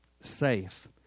safe